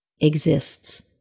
exists